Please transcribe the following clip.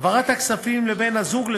העברת הכספים לבן-הזוג לשעבר,